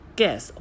guess